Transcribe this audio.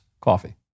coffee